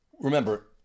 Remember